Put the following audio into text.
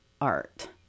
art